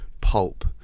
Pulp